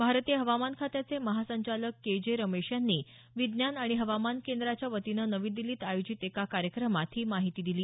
भारतीय हवामान खात्याचे महासंचालक के जे रमेश यांनी विज्ञान आणि हवामान केंद्राच्या वतीनं नवी दिल्लीत आयोजित एका कार्यक्रमात ही माहिती दिली